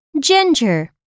ginger